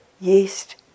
yeast